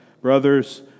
brothers